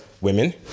women